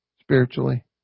spiritually